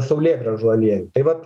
saulėgrąžų alieju tai vat